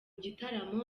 gitaramo